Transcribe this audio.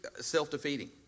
self-defeating